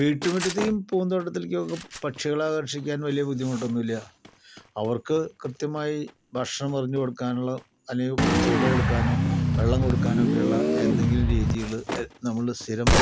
വീട്ടുമുറ്റത്തെക്കും പൂന്തോട്ടത്തിലേക്കൊക്കേ പക്ഷികളെ ആകർഷിക്കാൻ വലിയ ബുദ്ധിമുട്ടൊന്നുമില്ല അവർക്ക് കൃത്യമായി ഭക്ഷണം എറിഞ്ഞു കൊടുക്കാനുള്ള അല്ലെങ്കിൽ തീറ്റ കൊടുക്കാനോ വെള്ളം കൊടുക്കാൻ ഒക്കെയുള്ള എന്തെങ്കിലും രീതികള് നമ്മള് സ്ഥിരം